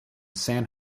san